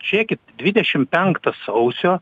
žiūrėkit dvidešimt penktą sausio